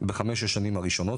בחמש השנים הראשונות,